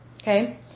Okay